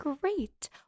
Great